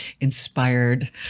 inspired